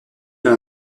dans